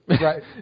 Right